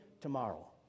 tomorrow